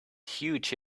huge